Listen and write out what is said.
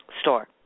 store